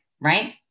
right